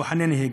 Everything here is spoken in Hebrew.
בוחני נהיגה.